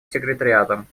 секретариатом